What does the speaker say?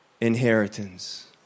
inheritance